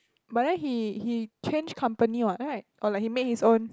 but then he he change company what right or like he make his own